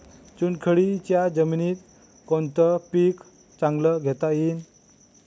चुनखडीच्या जमीनीत कोनतं पीक चांगलं घेता येईन?